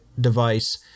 device